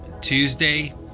Tuesday